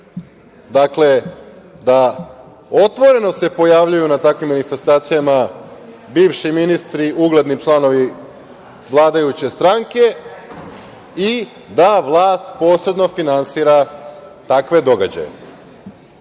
Dakle, da se otvoreno pojavljuju na takvim manifestacijama bivši ministri, ugledni članovi vladajuće stranke i da vlast posebno finansira takve događaje. Što